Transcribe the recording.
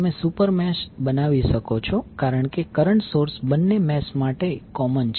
તમે super mesh બનાવી શકો છો કારણ કે કરંટ સોર્સ બંને મેશ માટે કોમન છે